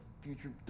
future